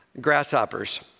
grasshoppers